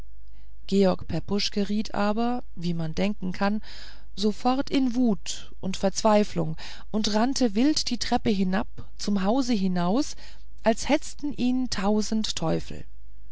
georg pepusch geriet aber wie man denken kann sofort in wut und verzweiflung und rannte wild die treppe hinab zum hause hinaus als hetzten ihn tausend teufel